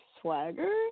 swagger